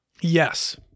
Yes